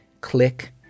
click